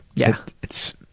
yeah. it's,